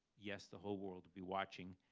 yes, the whole world would be watching,